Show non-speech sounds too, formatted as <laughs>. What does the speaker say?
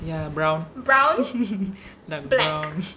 ya brown <laughs> dark brown